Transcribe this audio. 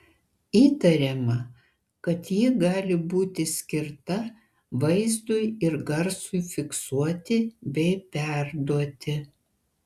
įtariama kad ji gali būti skirta vaizdui ir garsui fiksuoti bei perduoti